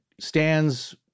stands